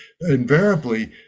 invariably